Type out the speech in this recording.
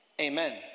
Amen